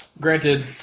Granted